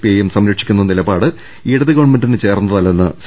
പിയെയും സംരക്ഷിക്കുന്ന നിലപാട് ഇടത് ഗവൺമെന്റിന് ചേർന്നതല്ലെന്ന് സി